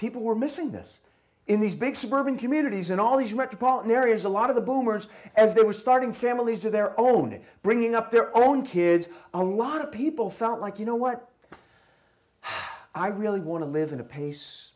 people were missing this in these big suburban communities and all these metropolitan areas a lot of the boomers as they were starting families of their own and bringing up their own kids a lot of people felt like you know what i really want to live in a pace